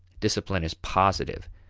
discipline is positive.